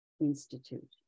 Institute